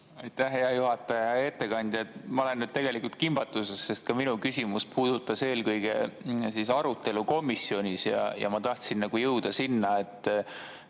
Aitäh, hea juhataja! Hea ettekandja! Ma olen nüüd tegelikult kimbatuses, sest ka minu küsimus puudutas eelkõige arutelu komisjonis. Ma tahtsin jõuda sinna, et